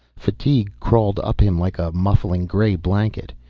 fatigue crawled up him like a muffling, gray blanket.